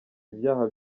ibyaha